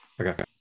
okay